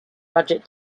budget